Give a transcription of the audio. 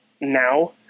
now